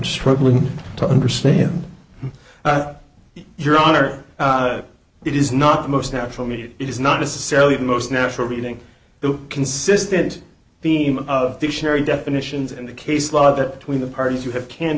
struggling to understand your honor it is not most natural me it is not necessarily the most natural reading the consistent theme of dictionary definitions and the case law that when the parties you have